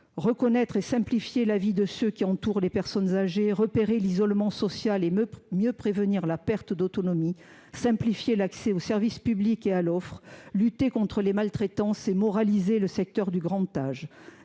de reconnaître et de simplifier la vie de ceux qui entourent les personnes âgées, de repérer l’isolement social et de mieux prévenir la perte d’autonomie, de simplifier l’accès au service public et à l’offre de soins, de lutter contre les maltraitances et de moraliser le secteur du grand âge.